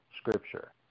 scripture